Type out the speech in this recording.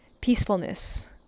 peacefulness